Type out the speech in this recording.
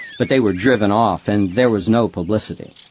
but they were driven off and there was no publicity.